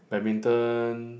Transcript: badminton